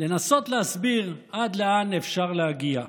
ולנסות להסביר עד לאן אפשר להגיע.